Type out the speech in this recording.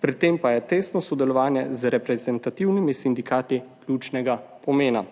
pri tem pa je tesno sodelovanje z reprezentativnimi sindikati ključnega pomena.